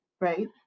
Right